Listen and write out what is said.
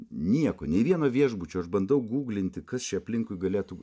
nieko nei vieno viešbučio ir bandau gūglinti kas čia aplinkui galėtų